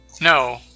no